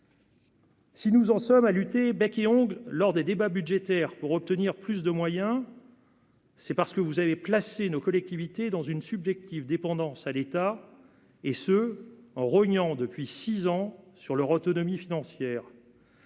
Si nous en sommes à lutter bec et ongles, lors des débats budgétaires pour obtenir plus de moyens. C'est parce que vous avez placé nos collectivités dans une subjective dépendance à l'état et ce, en rognant depuis 6 ans sur leur autonomie financière.